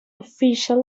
official